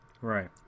right